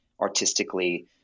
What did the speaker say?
artistically –